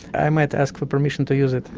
i might ask for permission to use it!